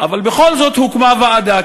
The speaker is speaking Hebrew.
אבל בכל זאת הוקמה ועדה.